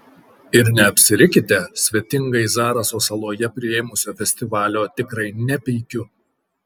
ir neapsirikite svetingai zaraso saloje priėmusio festivalio tikrai nepeikiu